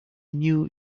knew